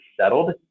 settled